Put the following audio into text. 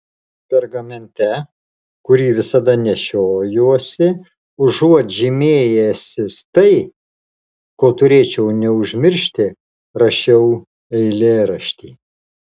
pergamente kurį visada nešiojuosi užuot žymėjęsis tai ko turėčiau neužmiršti rašiau eilėraštį